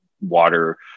water